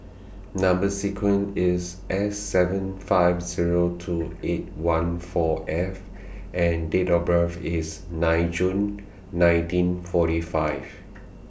Number sequence IS S seven five Zero two eight one four F and Date of birth IS nine June nineteen forty five